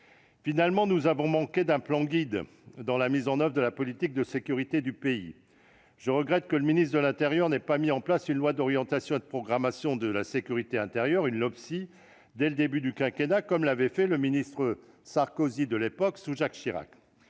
Finalement, nous avons manqué d'un plan-guide dans la mise en oeuvre de la politique de sécurité du pays. Je regrette que le ministre de l'intérieur n'ait pas mis en place une loi d'orientation et de programmation pour la performance de la sécurité intérieure, une Loppsi, dès le début du quinquennat, comme l'avait fait Nicolas Sarkozy, à l'époque ministre